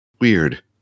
Weird